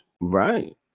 Right